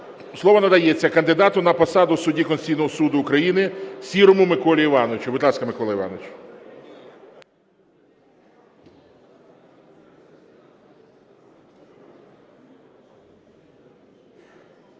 Слово надається кандидату на посаду судді Конституційного Суду України Сірому Миколі Івановичу. Будь ласка, Микола Іванович.